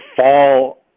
fall